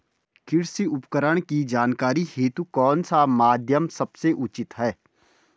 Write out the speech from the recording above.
कृषि उपकरण की जानकारी हेतु कौन सा माध्यम सबसे उचित है?